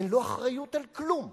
אין לו אחריות לכלום.